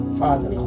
father